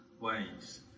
ways